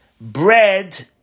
bread